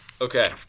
Okay